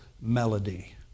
melody